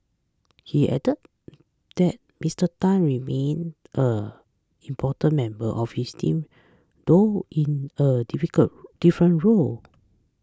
he added that Mister Tan remains an important member of his team though in a difficult different role